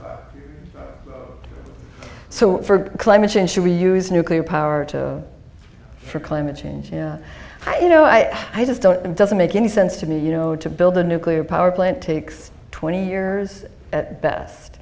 russia so for climate change should we use nuclear power for climate change you know i just don't and doesn't make any sense to me you know to build a nuclear power plant takes twenty years at best